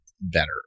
better